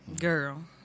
Girl